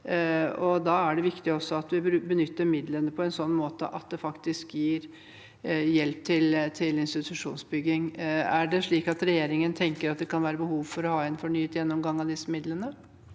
da er det viktig også at vi benytter midlene på en slik måte at det faktisk gir hjelp til institusjonsbygging. Er det slik at regjeringen tenker at det kan være behov for å ha en fornyet gjennomgang av disse midlene?